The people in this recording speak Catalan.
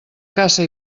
caça